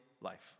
life